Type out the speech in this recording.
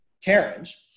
carriage